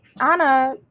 Anna